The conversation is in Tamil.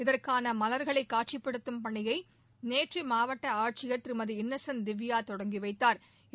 இதற்கான மலர்களை காட்சிப்படுத்தும் பணியை நேற்று மாவட்ட ஆட்சியர் திருமதி இன்னசென்ட் திவ்யா தொடங்கிவைத்தாா்